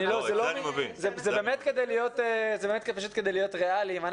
באמת כדי להיות ריאליים.